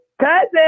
Cousin